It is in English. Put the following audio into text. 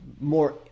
more